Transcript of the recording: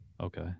Okay